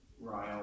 Ryle